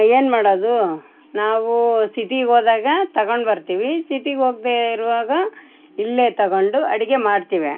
ಏನು ಮಾಡೋದು ನಾವು ಸಿಟಿಗೆ ಹೋದಾಗ ತಗೊಂಡು ಬರ್ತೀವಿ ಸಿಟಿಗೆ ಹೋಗದೇ ಇರುವಾಗ ಇಲ್ಲೇ ತಗೊಂಡು ಅಡಿಗೆ ಮಾಡ್ತೀವಿ